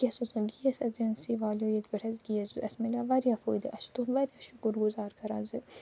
gas اوسٕے نہٕ گیس اجنسی والیو ییٚتہِ پٮ۪ٹھ اَسہِ گیس د اَسہِ مِلیو وارِیاہ فٲیدٕ اَسہِ چھِ تُہُنٛد وارِیاہ شُکُر گُزار کَران زِ